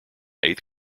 eighth